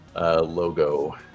logo